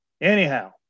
Anyhow